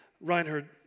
Reinhard